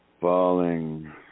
falling